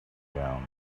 gown